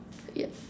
yup